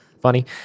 funny